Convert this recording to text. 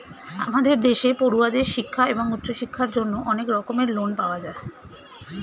আমাদের দেশে পড়ুয়াদের শিক্ষা এবং উচ্চশিক্ষার জন্য অনেক রকমের লোন পাওয়া যায়